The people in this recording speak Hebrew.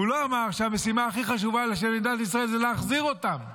הוא לא אמר שהמשימה הכי חשובה של מדינת ישראל זה להחזיר אותם.